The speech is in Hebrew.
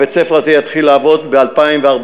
בית-הספר הזה יתחיל לעבוד ב-2014.